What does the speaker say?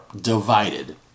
divided